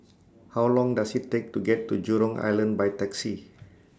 How Long Does IT Take to get to Jurong Island By Taxi